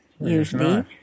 usually